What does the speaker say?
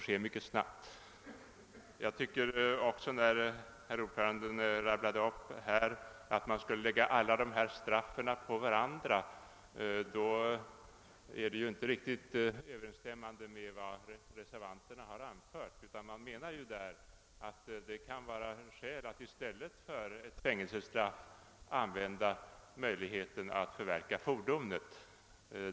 När utskottets ordförande här sade att man skulle lägga alla straff på varandra, stod detta inte riktigt i överensstämmelse med vad reservanterna anfört. Man menar att det kan vara skäl att i stället för ett fängelsestraff använda möjligheten att låta fordonet bli förverkat.